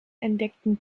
entdeckten